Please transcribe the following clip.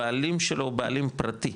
הבעלים שלו הוא בעלים פרטי,